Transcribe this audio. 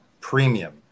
premium